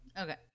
Okay